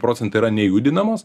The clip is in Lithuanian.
procentai yra nejudinamos